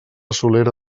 solera